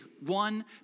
one